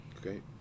Okay